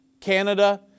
Canada